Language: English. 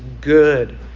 good